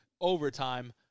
Overtime